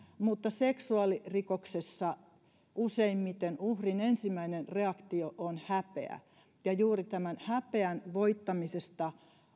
mutta seksuaalirikoksessa useimmiten uhrin ensimmäinen reaktio on häpeä juuri tämän häpeän voittamisesta